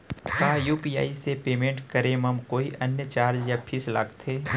का यू.पी.आई से पेमेंट करे म कोई अन्य चार्ज या फीस लागथे?